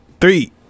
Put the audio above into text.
Three